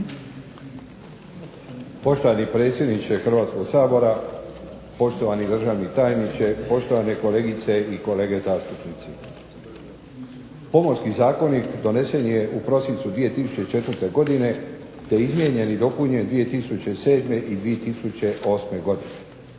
Poštovani predsjedniče Hrvatskog sabora, poštovani državni tajniče, poštovane kolegice i kolege zastupnici. Pomorski zakonik donesen je u prosincu 2004. godine te izmijenjen i dopunjen 2007. i 2008. godine.